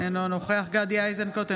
אינו נוכח גדי איזנקוט,